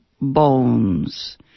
bones